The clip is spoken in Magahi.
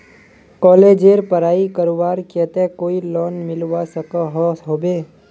कॉलेजेर पढ़ाई करवार केते कोई लोन मिलवा सकोहो होबे?